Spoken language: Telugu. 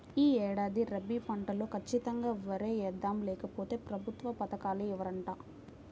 యీ ఏడాది రబీ పంటలో ఖచ్చితంగా వరే యేద్దాం, లేకపోతె ప్రభుత్వ పథకాలు ఇవ్వరంట